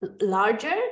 larger